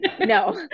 no